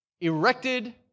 erected